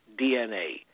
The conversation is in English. DNA